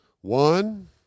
One